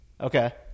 Okay